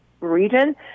Region